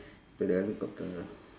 the the helicopter